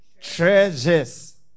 Treasures